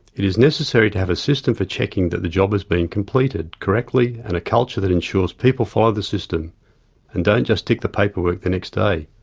it is necessary to have a system for checking that the job has been completed correctly and a culture that ensures people follow the system and don't just tick the paperwork the next day,